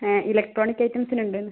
ഏ ഇലക്ട്രോണിക് ഐറ്റംസിനുണ്ട്